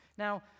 Now